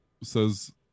says